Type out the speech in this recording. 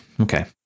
Okay